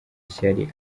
ishyari